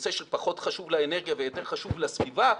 נושא שפחות חשוב לאנרגיה ויותר חשוב לסביבה,